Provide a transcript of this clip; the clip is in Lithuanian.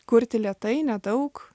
kurti lėtai nedaug